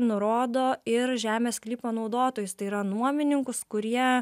nurodo ir žemės sklypo naudotojus tai yra nuomininkus kurie